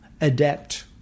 adapt